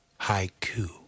Haiku